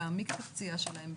להעמיק את הפציעה שלהם,